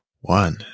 One